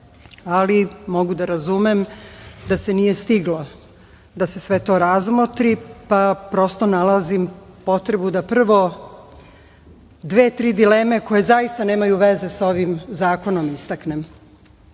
ali mogu da razumem da se nije stiglo da se sve to razmotri, pa prosto nalazim potrebu da prvo dve, tri dileme, koje zaista nemaju veze sa ovim zakonom, istaknem. Kao